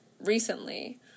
recently